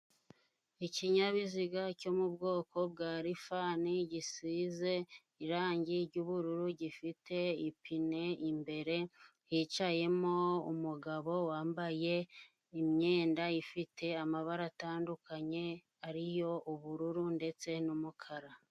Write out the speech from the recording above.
Ikinyabiziga cyo mu bwoko bwa lifani gisize irangi ry'ubururu ,gifite ipine, imbere hicayemo umugabo wambaye imyenda ifite amabara atandukanye ariyo ubururu ndetse n'umukara.